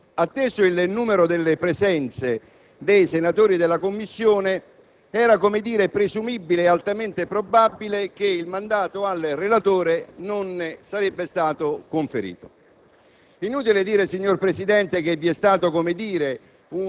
effettuava dichiarazione di voto contrario. Atteso il numero delle presenze dei senatori della Commissione, era presumibile ed altamente probabile che il mandato al relatore non sarebbe stato conferito.